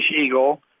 Eagle